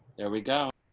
there we go.